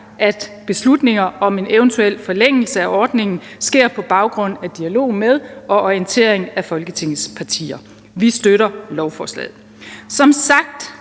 at beslutninger om en eventuel forlængelse af ordningen sker på baggrund af dialog med og orientering af Folketingets partier. Vi støtter lovforslaget. Som sagt